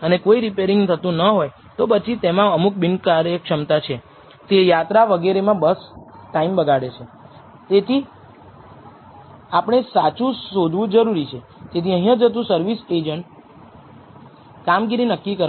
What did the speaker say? તેથી તે ફેરફાર એ t વિતરણની ડિગ્રીઝ ઓફ ફ્રીડમ છે કે જેમાંથી તમારે ઉપલા અને નીચલા ક્રિટિકલ